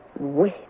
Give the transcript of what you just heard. Wait